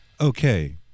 Okay